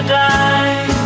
die